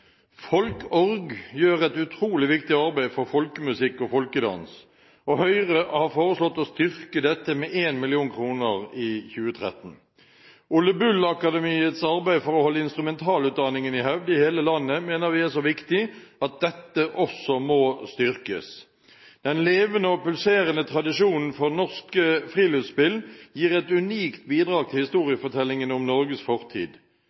FolkOrg gjør et utrolig viktig arbeid for folkemusikk og folkedans, og Høyre har foreslått å styrke dette med 1 mill. kroner i 2013. Ole Bull Akademiets arbeid for å holde instrumentalutdanningen i hevd i hele landet mener vi er så viktig at dette også må styrkes. Den levende og pulserende tradisjonen for norske friluftsspill gir et unikt bidrag til historiefortellingene om Norges fortid.